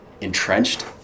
entrenched